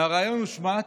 מהריאיון הושמטה,